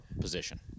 position